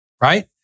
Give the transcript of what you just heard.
right